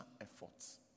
efforts